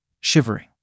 shivering